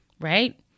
right